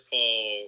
Paul